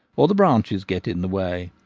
or the branches get in the way,